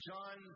John